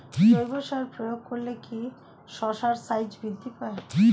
জৈব সার প্রয়োগ করলে কি শশার সাইজ বৃদ্ধি পায়?